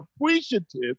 appreciative